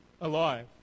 alive